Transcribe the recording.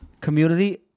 community